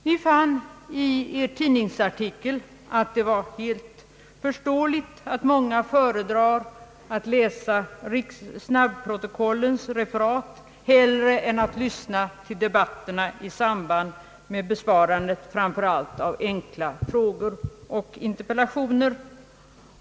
Ni fann i Er tidningsartikel att det var förståeligt, att många föredrar att läsa snabbprotokollens referat hellre än att lyssna till debatterna, framför allt i samband med besvarandet av enkla frågor och interpellationer.